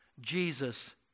Jesus